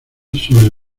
sobre